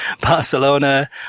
Barcelona